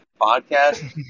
podcast